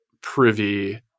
privy